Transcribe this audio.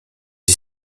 est